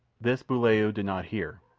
this buulaoo did not hear,